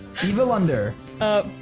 people under up,